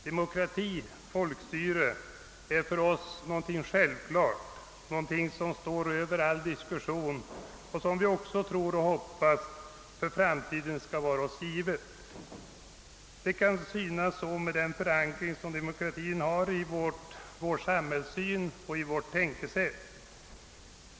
Demokrati — folkstyrelse — är för oss något självklart, någonting som står över all diskussion och som vi också tror och hoppas för framtiden skall vara oss givet. Det kan synas så med den förankring som demokratin har i vår samhällssyn och i vårt tänkesätt.